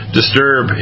disturb